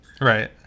right